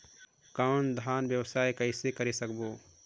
धान कौन व्यवसाय कइसे करबो?